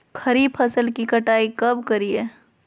खरीफ फसल की कटाई कब करिये?